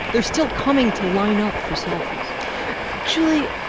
they're still coming to line up for selfies julie,